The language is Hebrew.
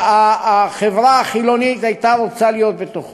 שהחברה החילונית הייתה רוצה להיות בתוכו.